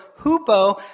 hupo